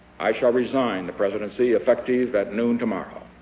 i shall resign the presidency effective at noon tomorrow.